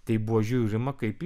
tai buvo žiūrima kaip į